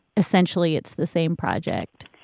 essentially it's the same project?